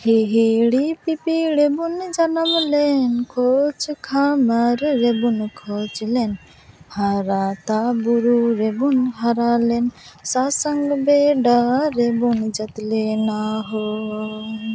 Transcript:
ᱦᱤᱦᱤᱲᱤᱯᱤᱯᱤᱲᱤ ᱵᱩᱱ ᱡᱟᱱᱟᱢᱞᱮᱱ ᱠᱷᱚᱡᱽ ᱠᱷᱟᱢᱟᱨ ᱨᱮᱵᱩᱱ ᱠᱷᱚᱡᱽ ᱞᱮᱱ ᱦᱟᱨᱟᱛᱟ ᱵᱩᱨᱩ ᱨᱮᱵᱩᱱ ᱦᱟᱨᱟᱞᱮᱱ ᱥᱟᱥᱟᱝ ᱵᱮᱰᱟ ᱨᱮᱵᱩᱱ ᱡᱟᱹᱛᱞᱤᱱᱟ ᱦᱳ